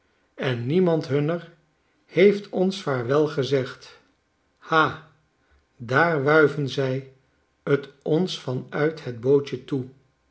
en niemand hunner heeft ons vaarwel gezegd ha daar wuiven zij tons van uit het bootje toe